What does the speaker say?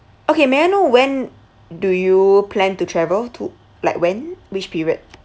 okay may I know when do you plan to travel to like when which period